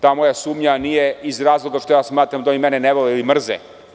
Ta moja sumnja nije iz razloga što smatram da oni mene ne vole ili mrze.